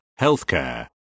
healthcare